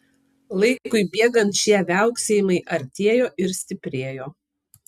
laikui bėgant šie viauksėjimai artėjo ir stiprėjo